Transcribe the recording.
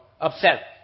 upset